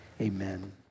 amen